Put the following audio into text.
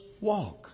Walk